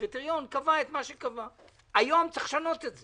הקריטריון קבע את מה שקבע והיום צריך לשנות את זה.